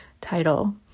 title